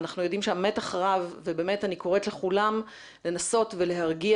אנחנו יודעים שהמתח רב ובאמת אני קוראת לכולם לנסות ולהרגיע